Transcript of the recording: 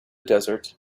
desert